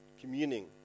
communing